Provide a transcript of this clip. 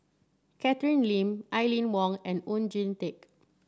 Catherine Lim Aline Wong and Oon Jin Teik